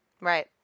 Right